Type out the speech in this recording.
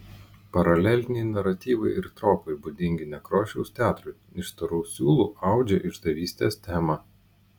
paraleliniai naratyvai ir tropai būdingi nekrošiaus teatrui iš storų siūlų audžia išdavystės temą